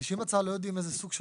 כשמגישים הצעה לא יודעים איזה סוג של